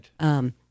Right